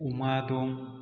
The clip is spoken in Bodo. अमा दं